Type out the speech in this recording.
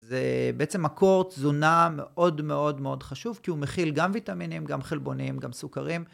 זה בעצם מקור תזונה מאוד מאוד מאוד חשוב, כי הוא מכיל גם ויטמינים, גם חלבונים, גם סוכרים.